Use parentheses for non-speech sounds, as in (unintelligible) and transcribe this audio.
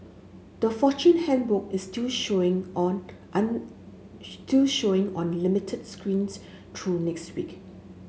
the Fortune Handbook is still showing on (unintelligible) still showing on limited screens through next week